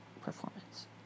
Performance